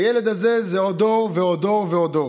הילד הזה הוא עוד דור ועוד דור ועוד דור.